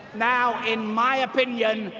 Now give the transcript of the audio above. now in my opinion,